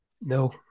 No